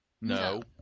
No